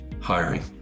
hiring